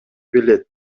билет